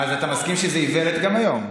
אז אתה מסכים שזו איוולת גם היום.